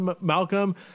Malcolm